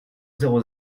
zéro